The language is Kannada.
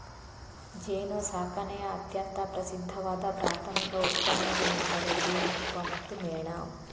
ಜೇನುಸಾಕಣೆಯ ಅತ್ಯಂತ ಪ್ರಸಿದ್ಧವಾದ ಪ್ರಾಥಮಿಕ ಉತ್ಪನ್ನಗಳೆಂದರೆ ಜೇನುತುಪ್ಪ ಮತ್ತು ಮೇಣ